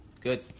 Good